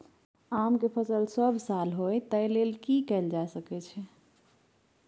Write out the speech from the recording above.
आम के फसल सब साल होय तै लेल की कैल जा सकै छै?